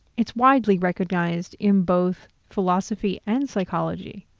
it's widely recognized in both philosophy and psychology,